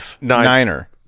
niner